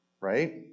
right